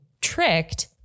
tricked